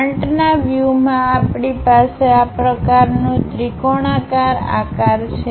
ફ્રન્ટનાં view માં આપણી પાસે આ પ્રકારનો ત્રિકોણાકાર આકાર છે